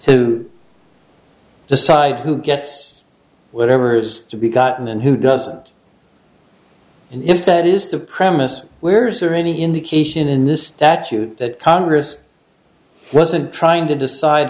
to decide who gets whatever has to be gotten and who doesn't and if that is the premise where is there any indication in the statute that congress wasn't trying to decide